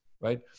right